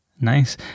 Nice